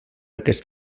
aquest